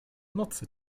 nocy